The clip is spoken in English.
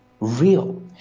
real